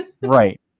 Right